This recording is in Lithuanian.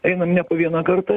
einam ne po vieną kartą